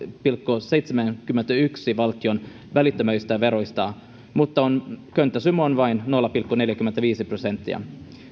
pilkku seitsemänkymmentäyksi prosenttia valtion välittömistä veroista mutta könttäsumma on vain nolla pilkku neljäkymmentäviisi prosenttia